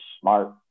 smart